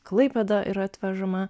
klaipėda yra atvežama